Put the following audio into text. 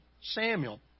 Samuel